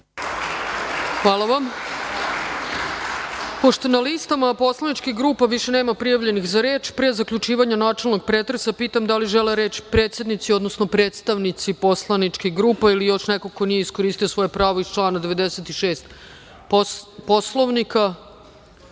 Hvala vam. Pošto na listama poslaničkih grupa više nema prijavljenih za reč, pre zaključivanja načelnog pretresa pitam – da li žele reč predsednici, odnosno predstavnici poslaničkih grupa ili još neko ko nije iskoristio svoje pravo iz člana 96.